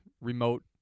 remote